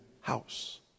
house